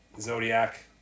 Zodiac